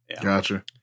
Gotcha